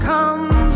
Come